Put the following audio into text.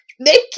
naked